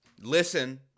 Listen